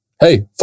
hey